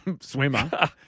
swimmer